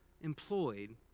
employed